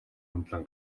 хөндлөн